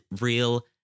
real